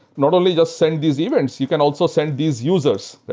not only just send these events. you can also send these users.